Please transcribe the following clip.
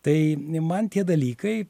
tai man tie dalykai